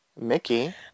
Mickey